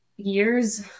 Years